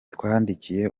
twandikiye